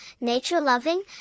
nature-loving